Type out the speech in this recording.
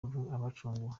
abacunguwe